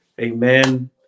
Amen